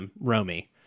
Romy